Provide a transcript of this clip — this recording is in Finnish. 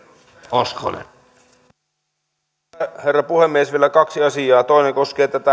arvoisa herra puhemies vielä kaksi asiaa toinen koskee